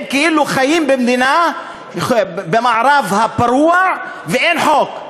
הם כאילו חיים במערב הפרוע ואין חוק.